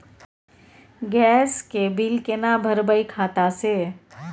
Gas के bill केना भरबै खाता से?